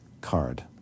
card